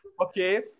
Okay